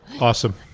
Awesome